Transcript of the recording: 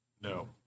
No